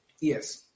Yes